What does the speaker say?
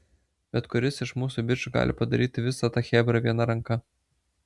bet kuris iš mūsų bičų gali padaryti visą tą chebrą viena ranka